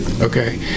Okay